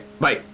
bye